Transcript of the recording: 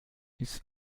ist